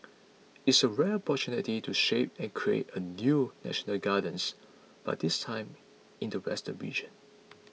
it's a rare opportunity to shape and create a new national gardens but this time in the western region